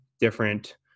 different